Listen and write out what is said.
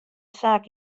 saak